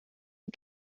die